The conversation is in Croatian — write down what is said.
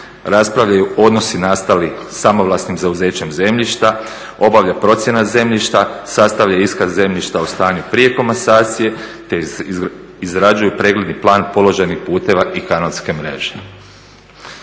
raspravljaju odnosi nastali samovlasnim zauzećem zemljišta, obavlja procjena zemljišta, sastavlja iskaz zemljišta o stanju prije komasacije te izrađuju pregledni plan položajnih putova i kanalske mreže.